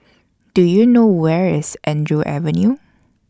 Do YOU know Where IS Andrew Avenue